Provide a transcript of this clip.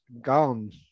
gone